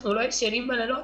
אנחנו לא ישנים בלילות.